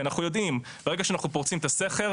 אנחנו יודעים שברגע שאנחנו פורצים את הסכר,